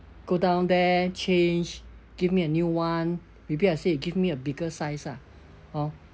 go down there change give me a new [one] repeat I say you give me a bigger size ah hor